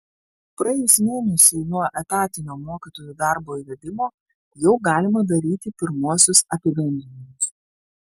praėjus mėnesiui nuo etatinio mokytojų darbo įvedimo jau galima daryti pirmuosius apibendrinimus